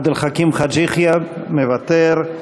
עבד אל חכים חאג' יחיא, מוותר,